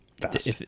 fast